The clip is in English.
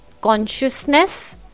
consciousness